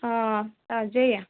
ꯇꯥꯖꯩꯌꯦ